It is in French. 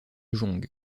jong